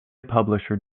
publisher